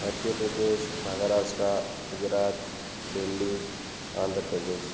Madhya Pradesh Maharashtra Gujarat Delhi Andhra Pradesh